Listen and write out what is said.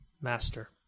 Master